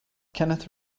kenneth